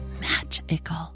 magical